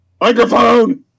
Microphone